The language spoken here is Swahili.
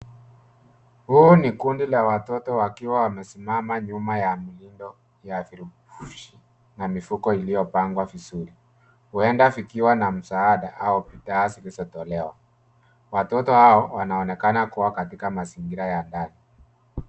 Huu ni kundi la watoto wakiwa wamesimama nyuma ya milindo ya vufurushi na mifuko iliyopangwa vizuri, huenda vikiwa na msaada au bidhaa zilizotolewa. Watoto hao wanaonekana kuwa katika mazingira ya ndani.